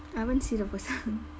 I haven't see the person